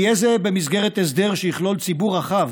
יהיה זה במסגרת הסדר שיכלול ציבור רחב,